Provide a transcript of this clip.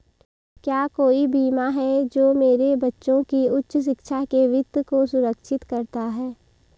क्या कोई बीमा है जो मेरे बच्चों की उच्च शिक्षा के वित्त को सुरक्षित करता है?